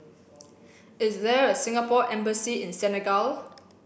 is there a Singapore embassy in Senegal